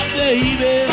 baby